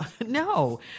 no